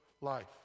life